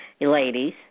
ladies